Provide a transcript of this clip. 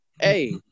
Hey